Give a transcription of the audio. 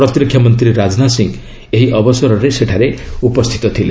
ପ୍ରତିରକ୍ଷା ମାନ୍ତ୍ରୀ ରାଜନାଥ ସିଂହ ଏହି ଅବସରରେ ସେଠାରେ ଉପସ୍ଥିତ ଥିଲେ